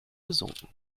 gesunken